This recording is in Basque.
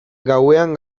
gauean